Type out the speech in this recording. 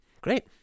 Great